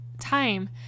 time